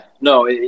no